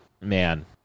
man